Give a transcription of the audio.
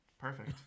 perfect